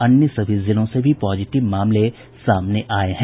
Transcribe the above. अन्य सभी जिलों से भी पॉजिटिव मामले सामने आये हैं